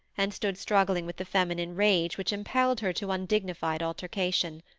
and stood struggling with the feminine rage which impelled her to undignified altercation.